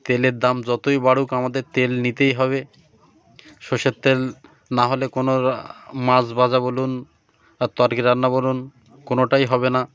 তেলের দাম যতই বাড়ুক আমাদের তেল নিতেই হবে সষের তেল না হলে কোনো মছ বাজা বলুন আর তরকি রান্না বলুন কোনোটাই হবে না